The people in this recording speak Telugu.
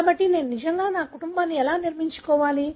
కాబట్టి నేను నిజంగా నా కుటుంబాన్ని ఎలా నిర్మించుకోవాలి